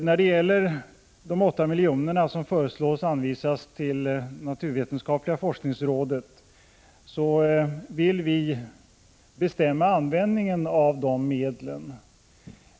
När det gäller de 8 milj.kr. som föreslås anvisas till naturvetenskapliga forskningsrådet, vill vi bestämma användningen av medlen.